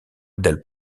del